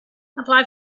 apply